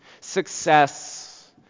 Success